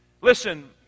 Listen